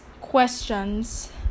questions